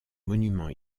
monument